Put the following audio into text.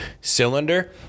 cylinder